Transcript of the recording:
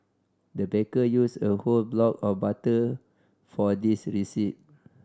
the baker used a whole block of butter for this recipe